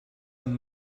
and